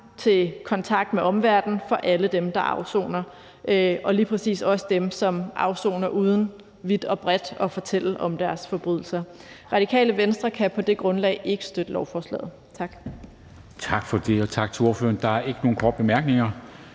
til kontakt med omverdenen for alle dem, der afsoner, og lige præcis også dem, som afsoner uden vidt og bredt at fortælle om deres forbrydelser. Radikale Venstre kan på det grundlag ikke støtte lovforslaget. Tak. Kl. 14:23 Formanden (Henrik Dam Kristensen): Tak til ordføreren. Der er ikke nogen korte bemærkninger.